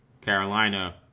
Carolina